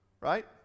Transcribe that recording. Right